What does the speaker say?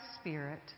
Spirit